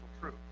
truth